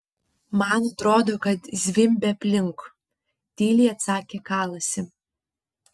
man atrodo kad zvimbia aplink tyliai atsakė kalasi